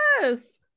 Yes